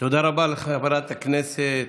תודה רבה לחברת הכנסת,